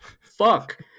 fuck